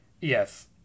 Yes